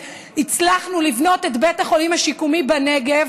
הצלחנו לבנות את בית החולים השיקומי בנגב,